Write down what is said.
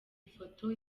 ifoto